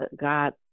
God